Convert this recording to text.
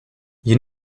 you